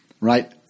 right